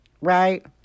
Right